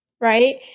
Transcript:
right